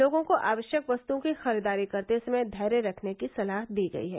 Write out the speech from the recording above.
लोगों को आवश्यक वस्तुओं की खरीददारी करते समय धैर्य रखने की सलाह दी गयी है